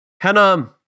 Hannah